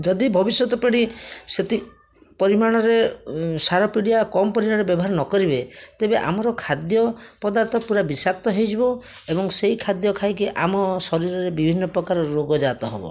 ଯଦି ଭବିଷ୍ୟତ ପିଢ଼ି ସେତିକି ପରିମାଣରେ ସାର ପିଡ଼ିଆ କମ୍ ପରିମାଣରେ ବ୍ୟବହାର ନକରିବେ ତେବେ ଆମର ଖାଦ୍ୟ ପଦାର୍ଥ ପୁରା ବିଷାକ୍ତ ହୋଇଯିବ ଏବଂ ସେହି ଖାଦ୍ୟ ଖାଇକି ଆମ ଶରୀରରେ ବିଭିନ୍ନ ପ୍ରକାର ରୋଗଜାତ ହେବ